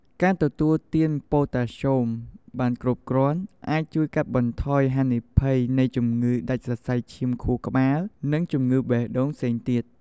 ការទទួលទានប៉ូតាស្យូមបានគ្រប់គ្រាន់អាចជួយកាត់បន្ថយហានិភ័យនៃជំងឺដាច់សរសៃឈាមខួរក្បាល និងជំងឺបេះដូងផ្សេងទៀត។